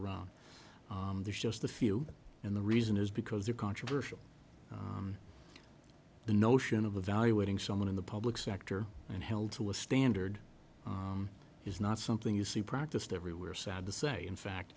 around there's just the field and the reason is because they're controversial the notion of evaluating someone in the public sector and held to a standard is not something you see practiced everywhere sad to say in fact